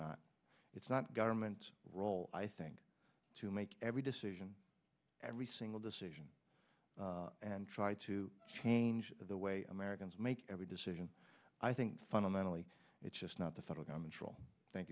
not it's not government role i think to make every decision every single decision and try to change the way americans make every decision i think fundamentally it's just not the federal government's role tha